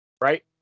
Right